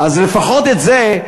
אז לפחות את זה,